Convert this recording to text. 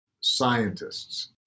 scientists